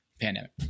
pandemic